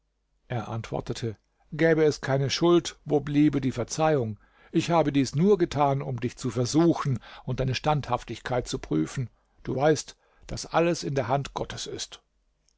er antwortete gäbe es keine schuld wo bliebe die verzeihung ich habe dies nur getan um dich zu versuchen und deine standhaftigkeit zu prüfen du weißt daß alles in der hand gottes ist